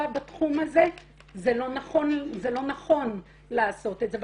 בתחום הזה זה לא נכון לעשות את זה.